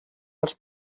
els